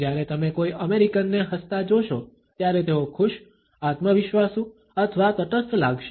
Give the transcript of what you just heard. જ્યારે તમે કોઈ અમેરિકનને હસતા જોશો ત્યારે તેઓ ખુશ આત્મવિશ્વાસુ અથવા તટસ્થ લાગશે